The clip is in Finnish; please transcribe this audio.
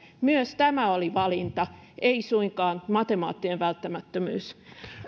myös tämä oli valinta ei suinkaan matemaattinen välttämättömyys